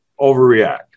overreact